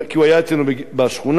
הוא היה אצלנו בשכונה,